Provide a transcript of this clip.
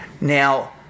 Now